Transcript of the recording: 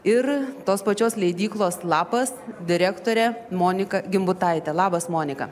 ir tos pačios leidyklos lapas direktorė monika gimbutaitė labas monika